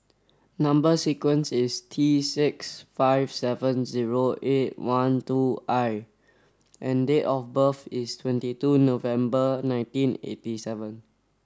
number sequence is T six five seven zero eight one two I and date of birth is twenty two November nineteen eighty seven